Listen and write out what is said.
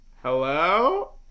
Hello